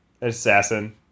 assassin